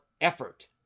effort